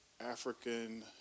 African